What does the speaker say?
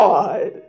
God